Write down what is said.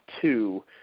two